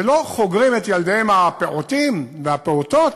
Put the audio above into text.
שלא חוגרים את ילדיהם הפעוטים והפעוטות